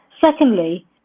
Secondly